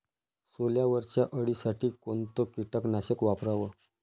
सोल्यावरच्या अळीसाठी कोनतं कीटकनाशक वापराव?